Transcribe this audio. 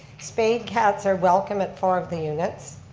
spade cats are welcome at four of the units.